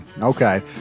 okay